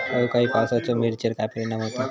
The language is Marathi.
अवकाळी पावसाचे मिरचेर काय परिणाम होता?